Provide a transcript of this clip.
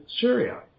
Syria